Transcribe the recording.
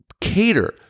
Cater